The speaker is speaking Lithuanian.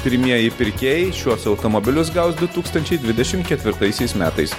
pirmieji pirkėjai šiuos automobilius gaus du tūkstančiai dvidešim ketvirtaisiais metais